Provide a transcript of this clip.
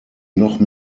noch